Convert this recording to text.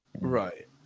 right